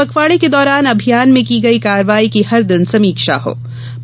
पखवाड़े के दौरान अभियान में की गई कार्रवाई की हर दिन समीक्षा की जाये